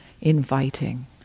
inviting